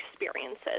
experiences